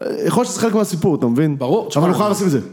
יכול להיות שזה חלק מהסיפור, אתה מבין? ברור, אבל הוא חייב לשים את זה.